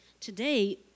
today